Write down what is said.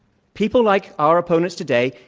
people like our opponents today,